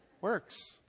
works